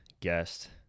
guest